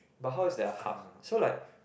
but how is there hub so like